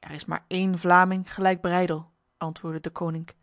er is maar een vlaming gelijk breydel antwoordde deconinck